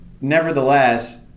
Nevertheless